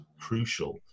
crucial